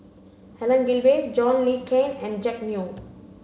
Helen Gilbey John Le Cain and Jack Neo